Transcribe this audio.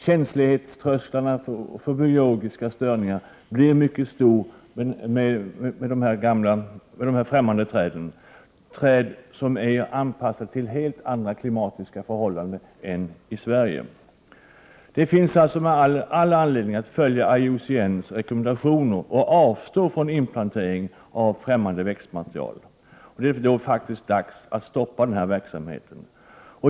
Känsligheten när det gäller biologiska störningar blir mycket stor i och med de här främmande träden, träd som är anpassade till helt andra klimatiska förhållanden än de som gäller i Sverige. Vi har alltså all anledning att följa IUCN:s rekommendationer och avstå från inplantering av främmande växtmaterial. Således är det dags att stoppa den här verksamheten.